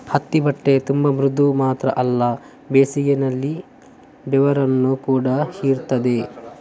ಹತ್ತಿ ಬಟ್ಟೆ ತುಂಬಾ ಮೃದು ಮಾತ್ರ ಅಲ್ಲ ಬೇಸಿಗೆನಲ್ಲಿ ಬೆವರನ್ನ ಕೂಡಾ ಹೀರ್ತದೆ